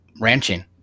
ranching